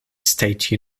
state